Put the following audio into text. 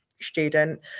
student